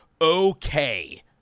okay